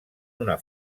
una